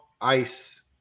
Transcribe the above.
ice